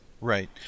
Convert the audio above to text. Right